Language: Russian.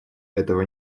этого